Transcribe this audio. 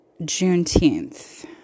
Juneteenth